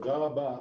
תודה רבה.